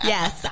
Yes